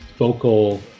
vocal